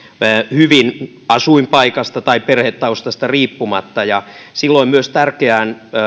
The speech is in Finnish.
hyvin asuinpaikasta tai perhetaustasta riippumatta ja silloin myös tärkeään